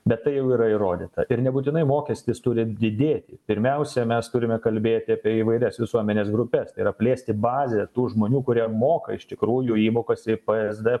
bet tai jau yra įrodyta ir nebūtinai mokestis turi didėti pirmiausia mes turime kalbėti apie įvairias visuomenės grupes tai yra plėsti bazę tų žmonių kurie moka iš tikrųjų įmokas į psd